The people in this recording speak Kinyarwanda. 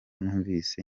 numvise